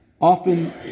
often